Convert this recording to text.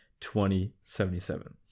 2077